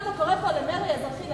מה, אתה קורא פה למרי אזרחי?